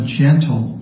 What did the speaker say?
gentle